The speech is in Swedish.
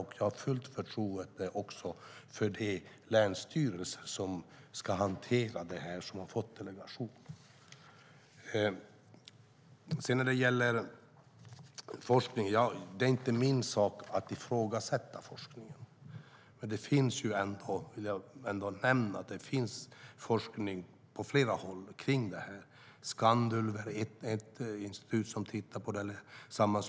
Jag har också fullt förtroende för de länsstyrelser som har delegerats att hantera detta. Det är inte min sak att ifrågasätta forskningen. Men jag vill ändå nämna att det finns forskning på flera håll om detta. Skandulv är ett institut som tittar på detta.